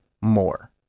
more